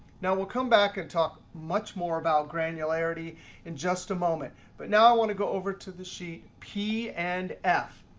now, we'll come back and talk much more about granularity in just a moment. but now i want to go over to the sheet p and f.